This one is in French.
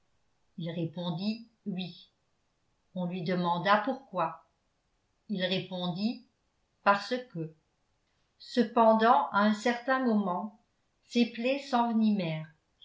il répondit oui on lui demanda pourquoi il répondit parce que cependant à un certain moment ses plaies